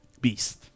beast